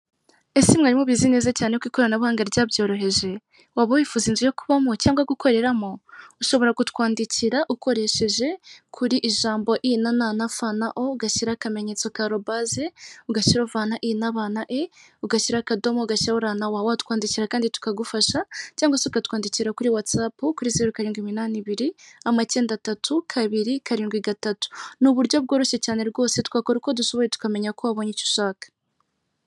Ese mwari mubizi neza cyane ko ikoranabuhanga ryabyoroheje waba wifuza inzu yo kubamo cyangwa gukoreramo ushobora kutwandikira ukoresheje kuri ijambo I,n,f,o ugashyira akamenyetso k'alobase ugashyira v,I,b,e,ugashyira akadomo ugashyiraho r,na w waba watwandikira kandi tukagufasha cyangwa se ukatwandikira kuri watsapu kuri zeru karindwi iminani iminani ibiri amake atatu kabiri karindwi gatatu ni uburyo bworoshye cyane rwose twakora uko dushoboye tukamenya ko wabonye icyo ushaka.